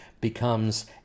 becomes